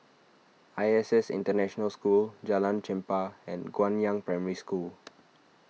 I S S International School Jalan Chempah and Guangyang Primary School